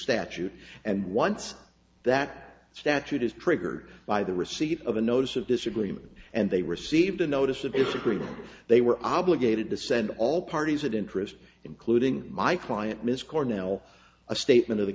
statute and once that statute is triggered by the receipt of a notice of disagreement and they received a notice of its agreement they were obligated to send all parties that interest including my client ms cornell a statement of the